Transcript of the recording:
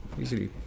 easily